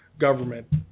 government